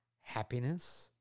happiness